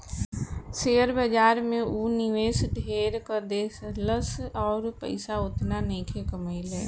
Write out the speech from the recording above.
share बाजार में ऊ निवेश ढेर क देहलस अउर पइसा ओतना नइखे कमइले